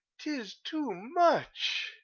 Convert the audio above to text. tis too much!